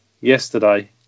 yesterday